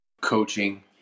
coaching